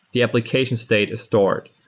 the application state, is stored.